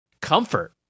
Comfort